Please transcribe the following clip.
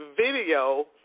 video